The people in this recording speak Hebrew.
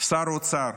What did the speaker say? שר האוצר.